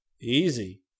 Easy